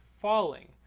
falling